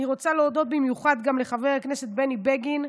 אני רוצה להודות במיוחד גם לחבר הכנסת בני בגין,